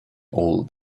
all